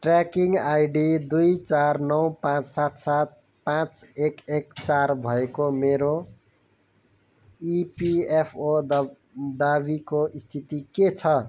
tracking ID दुइ चार नौ पाँच सात सात पाँच एक एक चार भएको मेरो इपिएफओ दब् दावीको स्थिति के छ